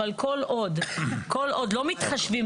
אבל כל עוד לא מתחשבים,